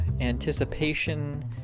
anticipation